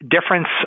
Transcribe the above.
difference